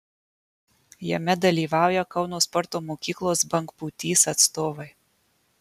jame dalyvauja kauno sporto mokyklos bangpūtys atstovai